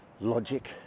logic